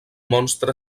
monstre